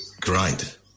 Great